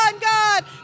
God